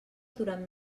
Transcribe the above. durant